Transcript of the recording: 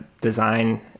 design